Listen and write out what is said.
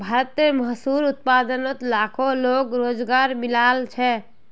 भारतेर मशहूर उत्पादनोत लाखों लोगोक रोज़गार मिलाल छे